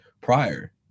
prior